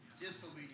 Disobedience